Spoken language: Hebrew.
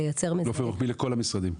באופן רוחבי לכל המשרדים?